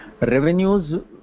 Revenues